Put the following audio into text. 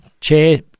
chair